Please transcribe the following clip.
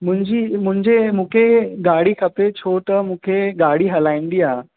मुंहिंजी मुंहिंजे मूंखे गाॾी खपे छो त मूंखे गाॾी हलाईंदी आहे